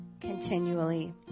continually